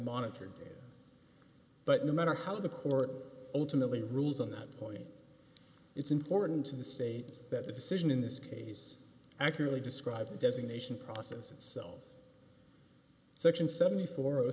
monitored but no matter how the court ultimately rules on that point it's important to the state that the decision in this case accurately described the designation process itself section seven